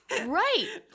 right